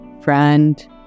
friend